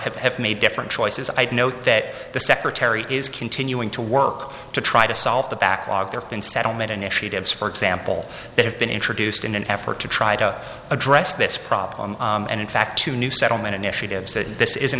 have have made different choices i'd note that the secretary is continuing to work to try to solve the backlog there have been settlement initiatives for example that have been introduced in an effort to try to address this problem and in fact two new settlement initiatives that this isn't